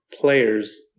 players